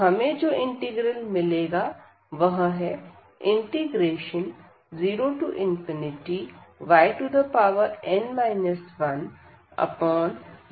तो हमें जो इंटीग्रल मिलेगा वह है 0yn 11ymndy